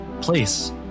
place